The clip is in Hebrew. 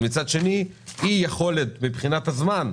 ומצד שני אי-יכולת מבחינת הזמן,